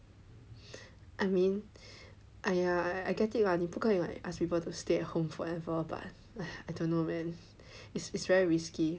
I mean !aiya! I get it lah 你不可以 like ask people to stay at home forever but I don't know man it's it's very risky